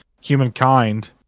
humankind